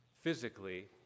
physically